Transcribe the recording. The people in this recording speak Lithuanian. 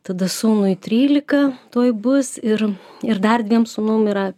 tada sūnui trylika tuoj bus ir ir dar dviem sūnum yra